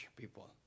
people